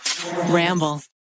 Ramble